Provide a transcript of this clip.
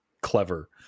clever